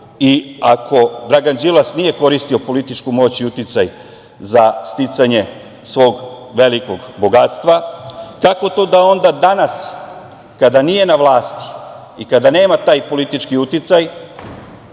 i ako Dragan Đilas nije koristio političku moć i uticaj za sticanje svog velikog bogatstva, kako to da onda danas kada nije na vlasti i kada nema taj politički uticaj